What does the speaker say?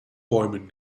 bäumen